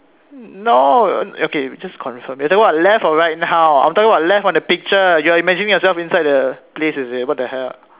no o~ okay just confirm you're talking about left or right now I'm talking about left on the picture you're imagining yourself inside the place is it what the hell